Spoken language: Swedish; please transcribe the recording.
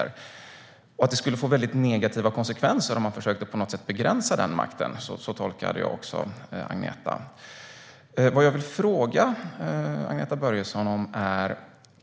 Jag tolkade det du sa som att det skulle få negativa konsekvenser om man på något sätt försökte begränsa den makten.